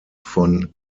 von